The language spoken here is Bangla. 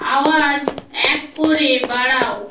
আওয়াজ এক করে বাড়াও